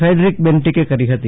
Frederick બેન્ટીકે કરી હતી